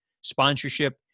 sponsorship